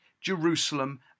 Jerusalem